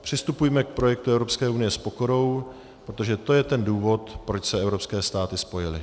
Přistupujme k projektu Evropské unie s pokorou, protože to je ten důvod, proč se evropské státy spojily.